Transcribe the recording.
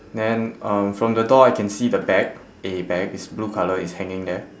then uh from the door I can see the bag a bag it's blue colour it's hanging there